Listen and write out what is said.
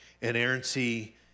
inerrancy